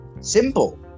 Simple